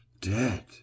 Dead